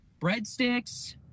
breadsticks